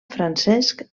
francesc